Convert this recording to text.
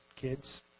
kids